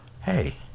hey